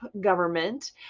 government